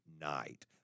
night